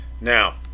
now